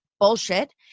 bullshit